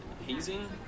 hazing